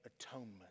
atonement